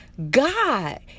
God